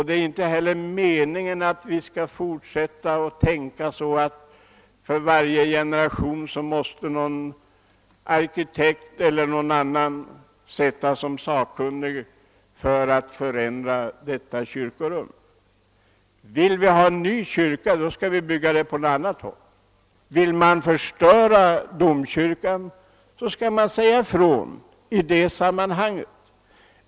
Det är inte heller meningen att en arkitekt eller någon annan för varje generation skall anlitas som sakkunnig för att förändra detta kyrkorum. Vil vi ha en ny kyrka skall vi bygga den på något annat håll. Vill man förstöra Uppsala domkyrka skall man säga ifrån det.